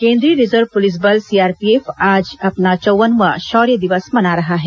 केन्द्रीय reserve police बल CRPF आज अपना चौव्वनवां शौर्य दिवस मना रहा है